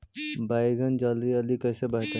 बैगन जल्दी जल्दी कैसे बढ़तै?